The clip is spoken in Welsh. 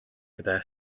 gyda